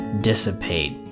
dissipate